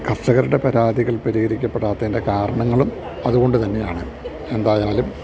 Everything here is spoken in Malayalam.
കർഷകരുടെ പരാതികൾ പരിഹകരിക്കപ്പെടാത്തതിൻ്റെ കാരണങ്ങളും അതുകൊണ്ട് തന്നെയാണ് എന്തായാലും